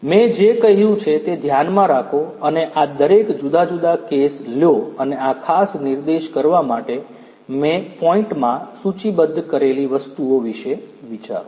મેં જે કહ્યું છે તે ધ્યાનમાં રાખો અને આ દરેક જુદા જુદા કેસ લો અને આ ખાસ નિર્દેશ કરવા માટે મેં પોઇન્ટમાં સૂચિબદ્ધ કરેલી વસ્તુઓ વિશે વિચારો